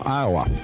Iowa